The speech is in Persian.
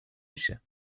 میشه